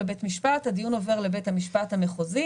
בין אם היא --- אז אנחנו צריכים לתקן גם את החוק המוצע.